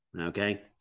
Okay